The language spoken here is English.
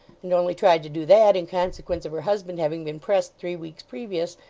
and only tried to do that, in consequence of her husband having been pressed three weeks previous,